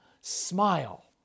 smile